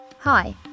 Hi